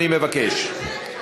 אני מבקש,